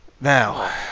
Now